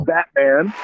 Batman